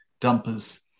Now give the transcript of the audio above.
dumpers